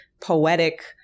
poetic